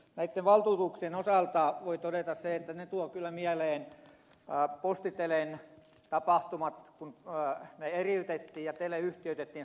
näitten valtuutuksien osalta voi todeta että ne tuovat kyllä mieleen posti telen tapahtumat kun ne eriytettiin ja tele yhtiöitettiin